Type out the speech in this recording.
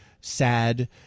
sad